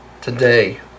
Today